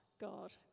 God